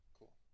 Cool